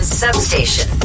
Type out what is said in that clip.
substation